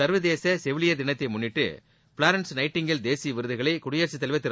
சா்வதேச செவிலியா் தினத்தை முன்னிட்டு ஃபிளாரன்ஸ் நைட்டிங்கேல் தேசிய விருதுகளை குடியரசுத் தலைவா் திரு